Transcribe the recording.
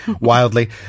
wildly